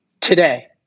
Today